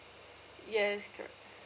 yes correct